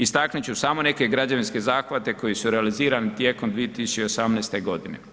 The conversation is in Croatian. Istaknut ću samo neke građevinske zahvate koji su realizirani tijekom 2018. godine.